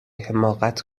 حماقت